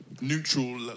neutral